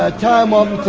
ah tie him um